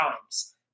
times